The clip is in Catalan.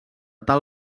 tal